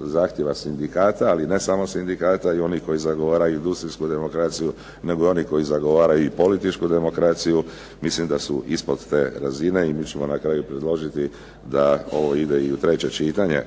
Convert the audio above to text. zahtjeva sindikata, ne samo sindikata i onih koji zagovaraju industrijsku demokraciju nego onih koji zagovaraju političku demokraciju mislim da su ispod te razine i mi ćemo na kraju predložiti da ovo ide i u treće čitanje,